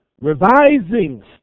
Revising